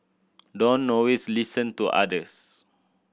don't always listen to others